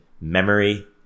memory